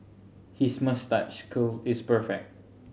his moustache curl is perfect